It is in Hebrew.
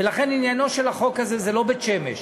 ולכן עניינו של החוק הזה זה לא בית-שמש.